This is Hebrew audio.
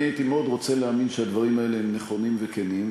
אני הייתי מאוד רוצה להאמין שהדברים האלה הם נכונים וכנים,